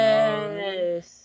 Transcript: Yes